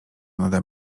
nade